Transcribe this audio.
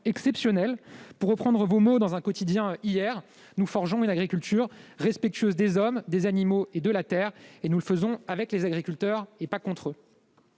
hier dans les pages d'un quotidien, nous forgeons une agriculture respectueuse des hommes, des animaux et de la terre. Nous le faisons avec les agriculteurs, et pas contre eux.